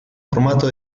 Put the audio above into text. formato